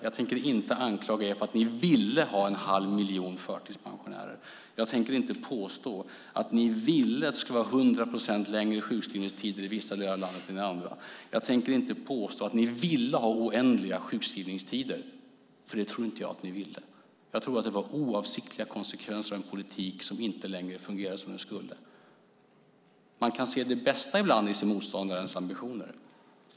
Jag tänker inte anklaga er för att ni ville ha en halv miljon förtidspensionärer, jag tänker inte påstå att ni ville att det skulle vara 100 procents längre sjukskrivningstider i vissa delar av landet jämfört med andra delar, och jag tänker inte påstå att ni ville ha oändliga sjukskrivningstider, för det tror jag inte att ni ville. Jag tror att det var oavsiktliga konsekvenser av en politik som inte längre fungerade som den skulle. Man kan ibland se det bästa i sin motståndares ambitioner.